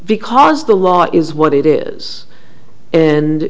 because the law is what it is and